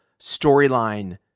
storyline